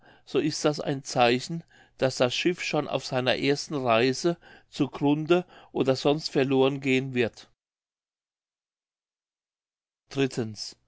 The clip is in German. so ist das ein zeichen daß das schiff schon auf seiner ersten reise zu grunde oder sonst verloren gehen wird